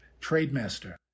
Trademaster